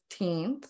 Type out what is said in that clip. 15th